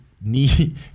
need